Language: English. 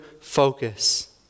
focus